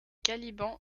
caliban